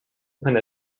immer